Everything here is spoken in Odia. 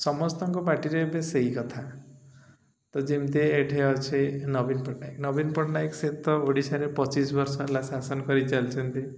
ସମସ୍ତଙ୍କ ପାଟିରେ ଏବେ ସେଇ କଥା ତ ଯେମିତି ଏଠି ଅଛି ନବୀନ ପଟ୍ଟନାୟକ ନବୀନ ପଟ୍ଟନାୟକ ସେ ତ ଓଡ଼ିଶାରେ ପଚିଶି ବର୍ଷ ହେଲା ଶାସନ କରି ଚାଲିଛନ୍ତି